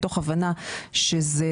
מתוך הבנה שלהיפך,